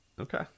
okay